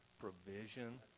provision